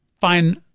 fine